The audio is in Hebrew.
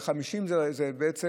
50 זה מסר,